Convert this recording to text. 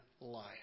life